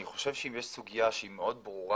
אני חושב שאם יש סוגיה שהיא מאוד ברורה,